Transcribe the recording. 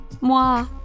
moi